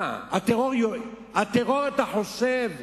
מה, הטרור, אתה חושב,